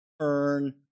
turn